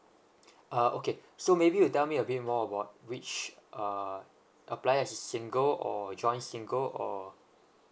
uh okay so maybe you tell me a bit more about which uh apply as a single or joint single or